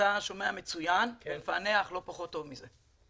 שאתה שומע מצוין, ומפענח לא פחות טוב מזה.